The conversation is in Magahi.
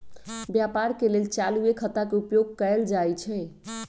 व्यापार के लेल चालूये खता के उपयोग कएल जाइ छइ